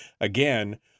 again